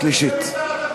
שלישית.